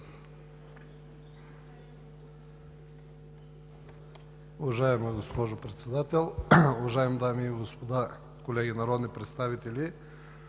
Уважаема госпожо Председател, уважаеми дами и господа народни представители!